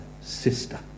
sister